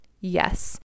Yes